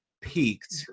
peaked